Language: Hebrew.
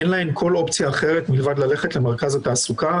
אין להן כל אופציה אחרת מלבד ללכת למרכז התעסוקה,